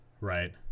Right